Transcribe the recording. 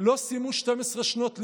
לא סיימו 12 שנות לימוד,